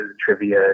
trivia